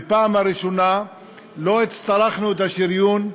בפעם הראשונה לא הצטרכנו את השריון,